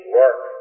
work